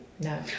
No